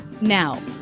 now